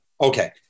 Okay